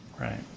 right